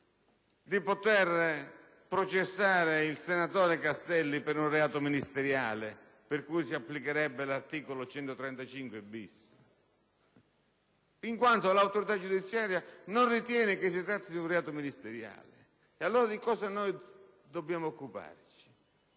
di poter processare il senatore Castelli per un reato ministeriale, per cui si applicherebbe l'articolo 135-*bis*, in quanto non ritiene che si tratti di un reato ministeriale. Allora, di cosa dobbiamo occuparci?